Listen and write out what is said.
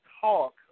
talk